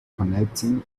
connecting